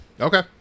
Okay